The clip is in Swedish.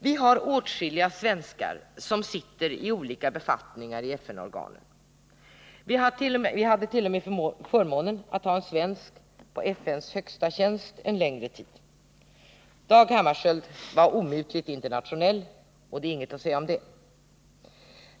Vi har åtskilliga svenskar som innehar olika befattningar i FN-organen. Vi hade tt.o.m. förmånen att en längre tid ha en svensk på FN:s högsta tjänst. Dag Hammarskjöld var omutligt internationell — det är inget att säga om det.